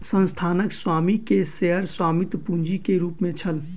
संस्थानक स्वामी के शेयर स्वामित्व पूंजी के रूप में छल